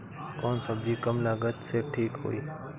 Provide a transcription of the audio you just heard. कौन सबजी कम लागत मे ठिक होई?